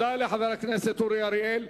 תודה לחבר הכנסת אורי אריאל.